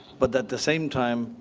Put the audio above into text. but at the same time,